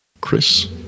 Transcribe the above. Chris